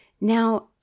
Now